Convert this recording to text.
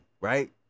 right